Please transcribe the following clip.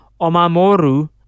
Omamoru